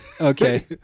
Okay